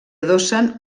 adossen